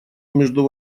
между